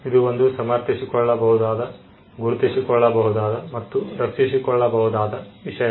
ಇದು ಒಂದು ಸಮರ್ಥಿಸಿಕೊಳ್ಳಬಹುದಾದ ಗುರುತಿಸಿಕೊಳ್ಳಬಹುದಾದ ಮತ್ತು ರಕ್ಷಿಸಿಕೊಳ್ಳಬಹುದಾದ ವಿಷಯ